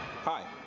Hi